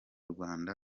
rwanda